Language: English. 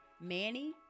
Manny